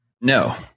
No